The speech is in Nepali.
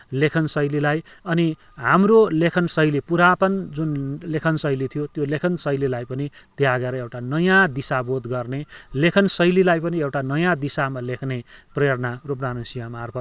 लेखन शैलीलाई अनि हाम्रो लेखन शैली पुरातन जुन लेखन शैली थियो त्यो लेखन शैलीलाई पनि त्यहाँ गएर एउटा नयाँ दिशा बोध गर्ने लेखन शैलीलाई पनि एउटा नयाँ दिशामा लेख्ने प्रेरणा रूपनारायण सिंह मार्फत्